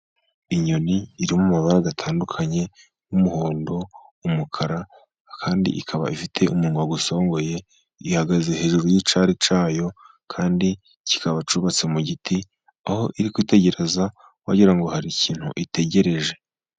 Inyoni iri mu mabara atandukanye, umuhondo, umukara kandi ikaba ifite umunwa usongoye. Ihagaze hejuru y'icyari cyayo, kandi kikaba cyubatse mu giti, aho iri kwitegereza. Wagira ngo hari ikintu itegereje.